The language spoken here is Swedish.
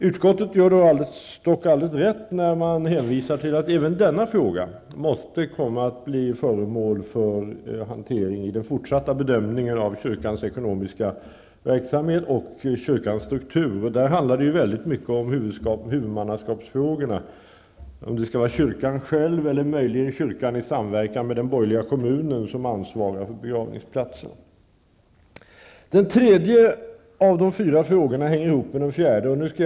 Utskottet hänvisar, och det gör man helt rätt i, till att även denna fråga måste bli föremål för hantering i fråga om den fortsatta bedömningen av kyrkans ekonomiska verksamhet och kyrkans struktur. Då handlar det väldigt mycket om huvudmannaskapet och frågor som har med detta att göra. Skall kyrkan själv, eller möjligen kyrkan i samverkan med den borgerliga kommunen, ansvara för begravningsplatsen? Den tredje av de fyra frågorna hänger ihop med den fjärde frågan.